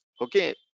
Okay